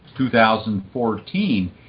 2014